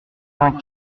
vingt